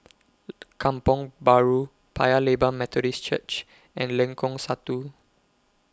Kampong Bahru Paya Lebar Methodist Church and Lengkok Satu